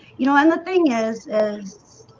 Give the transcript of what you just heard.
you know and the thing is is